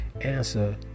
Answer